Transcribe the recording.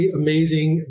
amazing